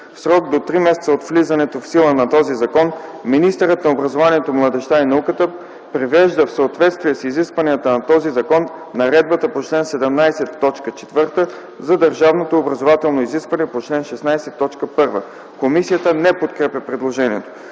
В срок до три месеца от влизането в сила на този закон министърът на образованието, младежта и науката привежда в съответствие с изискванията на този закон наредбата по чл. 17, т. 4 за държавното образователно изискване по чл. 16, т. 1.” Комисията не подкрепя предложението.